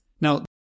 Now